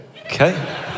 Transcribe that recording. Okay